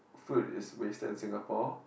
food is wasted in Singapore